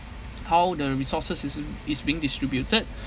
how the resources is m~ is being distributed